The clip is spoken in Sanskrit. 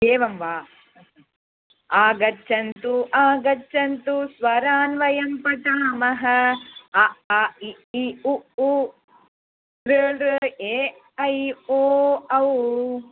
एवं वा आगच्छन्तु आगच्छन्तु स्वरान् वयं पठामः अ आ इ ई उ ऊ ऋ ॠ लृ ए ऐ ओ औ